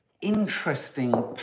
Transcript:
interesting